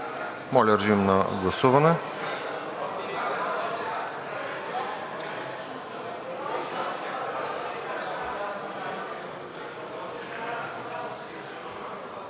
Моля, режим на прегласуване.